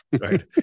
right